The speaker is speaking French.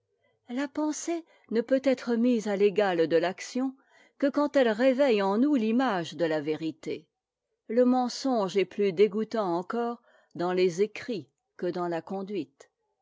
la pensée ne peut être mise à l'égal de l'action que quand elle réveille en nous l'image de la vérité le mensonge est plus dégoûtant encore dans les écrits que dans la conduite